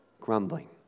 grumbling